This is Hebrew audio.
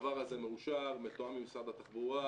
הדבר הזה מאושר, מתואם עם משרד התחבורה.